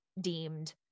deemed